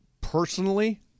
Personally